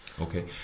okay